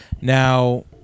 now